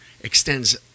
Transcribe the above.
extends